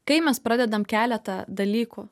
kai mes pradedam keletą dalykų